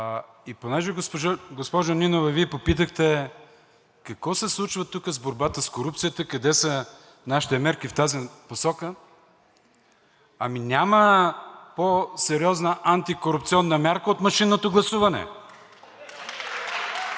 И понеже, госпожо Нинова, Вие попитахте: „Какво се случва тук с борбата с корупцията, къде са нашите мерки в тази посока?“ Ами няма по-сериозна антикорупционна мярка от машинното гласуване.